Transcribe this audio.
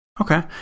Okay